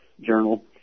journal